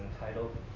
entitled